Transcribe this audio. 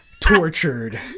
tortured